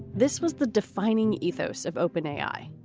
this was the defining ethos of open a i.